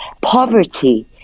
poverty